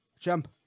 Jump